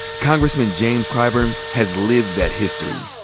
congressman james clyburn has lived that history.